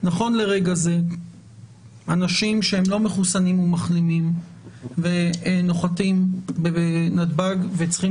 לרגע זה אנשים שהם לא מחוסנים או מחלימים ונוחתים בנתב"ג וצריכים